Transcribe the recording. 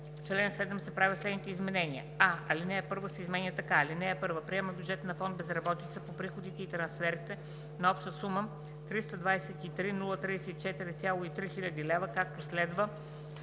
чл. 7 се правят следните изменения: а) ал. 1 се изменя така: „(1) Приема бюджета на фонд „Безработица“ по приходите и трансферите на обща сума 323 034,3 хил. лв., както следва: